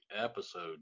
episode